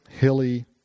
hilly